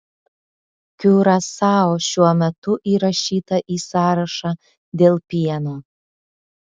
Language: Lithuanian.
kiurasao šiuo metu įrašyta į sąrašą dėl pieno